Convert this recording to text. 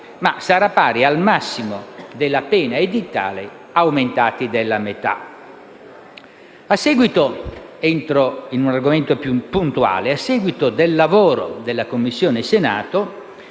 ma sarà pari al massimo della pena edittale aumentato della metà. Entrando in un argomento più puntuale, rilevo che, a seguito del lavoro della Commissione